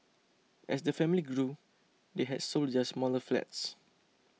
as the family grew they had sold their smaller flats